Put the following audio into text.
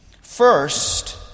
First